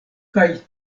kaj